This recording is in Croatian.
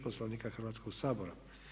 Poslovnika Hrvatskog sabora.